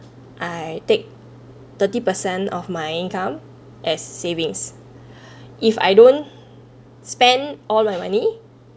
I take thirty percent of my income as savings if I don't spend all my money